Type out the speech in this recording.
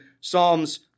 psalms